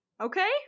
Okay